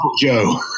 Joe